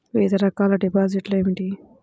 వివిధ రకాల డిపాజిట్లు ఏమిటీ?